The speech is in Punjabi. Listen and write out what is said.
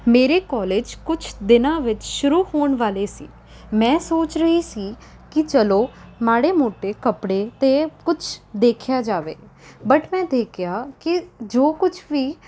ਮੇਰੇ ਕੋਲਜ ਕੁਛ ਦਿਨਾਂ ਵਿੱਚ ਸ਼ੁਰੂ ਹੋਣ ਵਾਲੇ ਸੀ ਮੈਂ ਸੋਚ ਰਹੀ ਸੀ ਕਿ ਚਲੋ ਮਾੜੇ ਮੋਟੇ ਕੱਪੜੇ ਅਤੇ ਕੁਝ ਦੇਖਿਆ ਜਾਵੇ ਬਟ ਮੈਂ ਦੇਖਿਆ ਕਿ ਜੋ ਕੁਛ ਵੀ